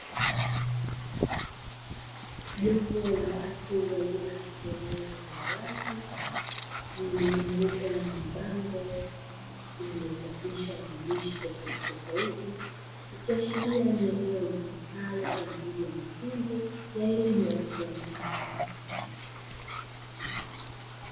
Jopo la watu walio katika eneo la wazi lililozungukwa na mabango yaliyochapishwa maandishi tofauti tofauti ikiashiria ni eneo litumikalo kwaajili ya mafunzo ya elimu ya watu wazima.